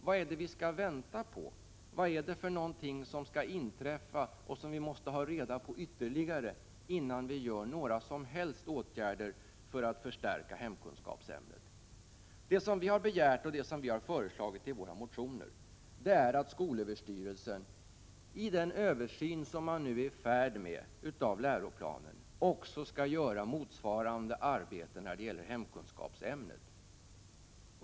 Vad är det vi skall vänta på? Vad är det som skall inträffa innan vi vidtar några som helst åtgärder för att förstärka hemkunskapsämnet? Vad vi har föreslagit i våra motioner är att skolöverstyrelsen i den översyn av läroplanen som man nu är i färd med också skall utföra en motsvarande översyn av hemkunskapsämnet.